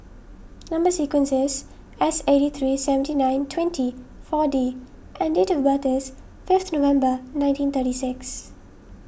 Number Sequence is S eighty three seventy nine twenty four D and date of birth is fifth November nineteen thirty six